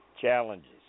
challenges